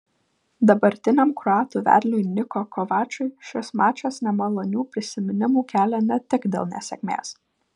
dabartiniam kroatų vedliui niko kovačui šis mačas nemalonių prisiminimų kelia ne tik dėl nesėkmės